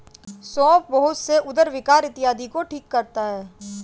सौंफ बहुत से उदर विकार इत्यादि को ठीक करता है